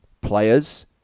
players